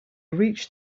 reached